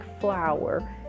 flower